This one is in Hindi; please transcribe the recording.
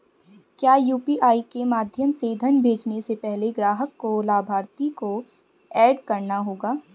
क्या यू.पी.आई के माध्यम से धन भेजने से पहले ग्राहक को लाभार्थी को एड करना होगा?